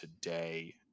today